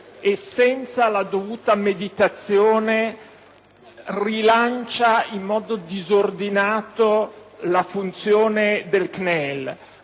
e senza la dovuta meditazione rilancia in modo disordinato la funzione del CNEL,